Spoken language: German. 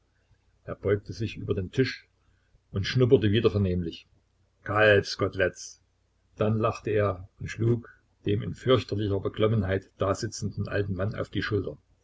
er beugte sich über den tisch und schnupperte wieder vernehmlich kalbskoteletts dann lachte er und schlug dem in fürchterlicher beklommenheit dasitzenden alten mann auf die schulter